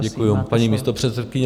Děkuji, paní místopředsedkyně.